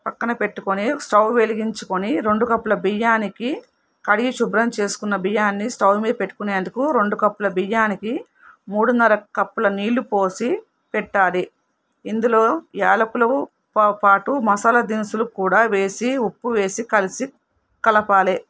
పక్కన పెట్టుకుని స్టవ్ వెలిగించుకుని రెండు కప్పుల బియ్యానికి కడిగి శుభ్రం చేసుకున్న బియ్యాన్ని స్టవ్ మీద పెట్టుకునేందుకు రెండు కప్పుల బియ్యానికి మూడున్నర కప్పుల నీళ్ళు పోసి పెట్టాలి ఇందులో యాలకులతో పాటు మసాలా దినుసులు కూడా వేసి ఉప్పు వేసి కలిసి కలపాలి